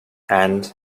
and